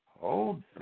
Hold